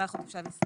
אזרח או תושב ישראל,